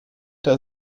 der